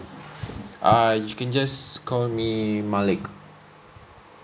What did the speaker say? err you can just call me malik